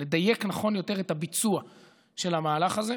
לדייק נכון יותר את הביצוע של המהלך הזה.